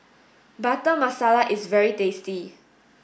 butter masala is very tasty